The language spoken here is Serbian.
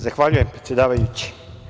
Zahvaljujem, predsedavajući.